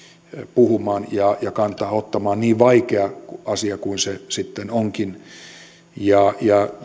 puhumaan ja ja kantaa ottamaan niin vaikea asia kuin se sitten onkin